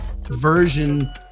version